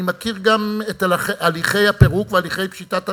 אני מכיר גם את הליכי הפירוק והליכי פשיטת הרגל.